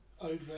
over